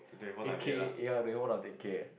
eight K ya twenty four times eight K eh